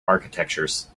architectures